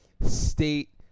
State